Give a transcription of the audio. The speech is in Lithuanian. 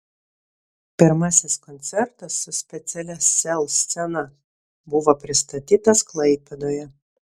pirmasis koncertas su specialia sel scena buvo pristatytas klaipėdoje